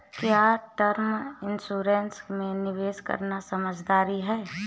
क्या term insurance में निवेश करना समझदारी है?